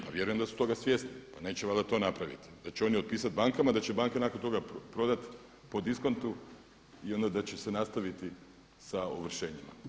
Pa vjerujem da su toga svjesni, pa neće valjda to napraviti, da će oni otpisati bankama, da će banke nakon toga prodati po diskontu i onda da će se nastaviti sa ovršenjima.